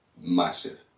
Massive